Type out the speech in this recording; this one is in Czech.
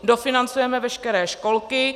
Dofinancujeme veškeré školky.